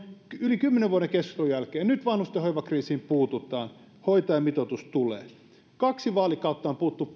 yli kymmenen vuoden keskustelun jälkeen vanhustenhoivakriisiin puututaan hoitajamitoitus tulee kaksi vaalikautta on puhuttu